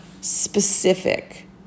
specific